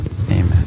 amen